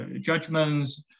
judgments